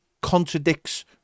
contradicts